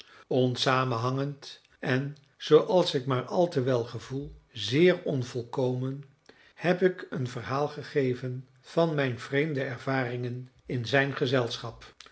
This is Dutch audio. onsamenhangend en zooals ik maar al te wel gevoel zeer onvolkomen heb ik een verhaal gegeven van mijn vreemde ervaringen in zijn gezelschap van